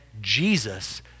Jesus